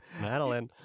Madeline